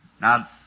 Now